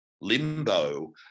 limbo